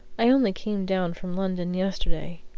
i only came down from london yesterday.